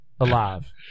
alive